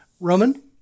Roman